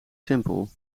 simpel